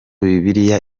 bibiliya